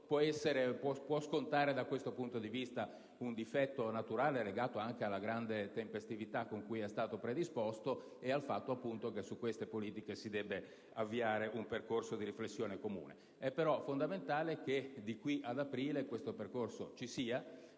questo punto di vista, esso può scontare un difetto naturale legato anche alla grande tempestività con cui è stato predisposto e al fatto che su queste politiche si deve avviare un percorso di riflessione comune. È fondamentale però che da qui ad aprile tale percorso si